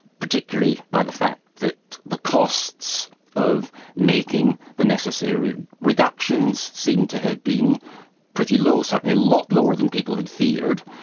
particularly by the fact that the costs of making the necessary reductions, seem to have been pretty low. certainly a lot lower than people had feared.